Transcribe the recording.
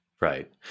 Right